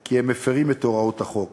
כי הם מפרים את הוראות החוק